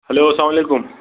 hello اسلام علیکُم